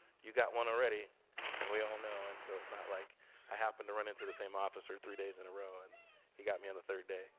you got one already and we all know. and so it's not like i happened to run into the same officer three days in a row and he got me on the third day.